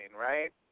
right